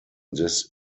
this